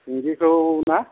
सिंगिखौ ना